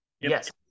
yes